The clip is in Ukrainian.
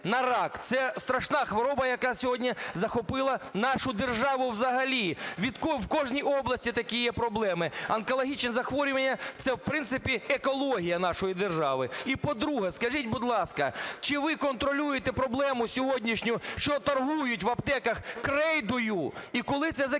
Це страшна хвороба, яка сьогодні захопила нашу державу взагалі. В кожній області такі є проблеми. Онкологічні захворювання – це, в принципі, екологія нашої держави. І, по-друге, скажіть, будь ласка, чи ви контролюєте проблему сьогоднішню, що торгують в аптеках крейдою, і коли це закінчиться?